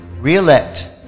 re-elect